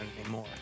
anymore